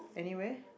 anywhere